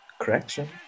correction